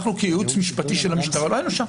אנחנו כייעוץ משפטי של המשטרה לא היינו שם.